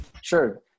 Sure